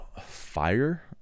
Fire